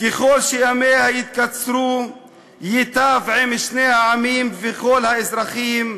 ככל שימיה יתקצרו ייטב לשני העמים ולכל האזרחים.